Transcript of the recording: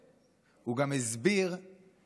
הוא גם הסביר איך